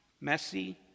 Messy